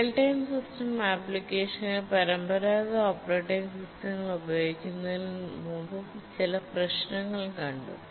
real time ആപ്ലിക്കേഷനുകളിൽ പരമ്പരാഗത operating സിസ്റ്റങ്ങൾ ഉപയോഗിക്കുന്നതിൽ മുമ്പ് ചില പ്രശ്നങ്ങൾ കണ്ടു